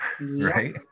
right